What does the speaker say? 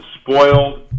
spoiled